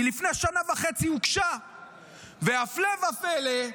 היא הוגשה לפני שנה וחצי, והפלא ופלא,